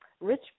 rich